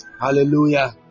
Hallelujah